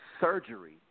surgery